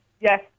Yes